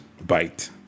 bite